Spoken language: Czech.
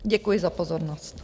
Děkuji za pozornost.